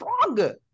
stronger